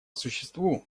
существу